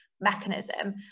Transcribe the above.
mechanism